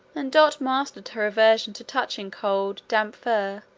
and dot mastered her aversion to touching cold damp fur,